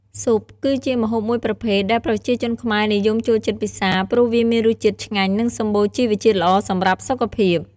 ស៊ុបគឺជាម្ហូបមួយប្រភេទដែលប្រជាជនខ្មែរនិយមចូលចិត្តពិសាព្រោះវាមានរសជាតិឆ្ងាញ់និងសម្បូរជីវជាតិល្អសម្រាប់សុខភាព។